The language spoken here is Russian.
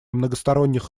многосторонних